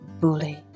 bully